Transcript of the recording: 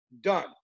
Done